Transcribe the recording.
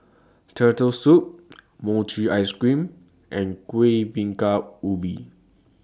Turtle Soup Mochi Ice Cream and Kueh Bingka Ubi